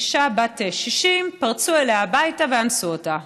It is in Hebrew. אישה בת 60, פרצו אליה הביתה ואנסו אותה.